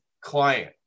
client